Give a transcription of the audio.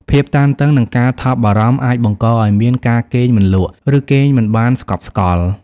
ភាពតានតឹង និងការថប់បារម្ភអាចបង្កឲ្យមាន ការគេងមិនលក់ ឬគេងមិនបានស្កប់ស្កល់។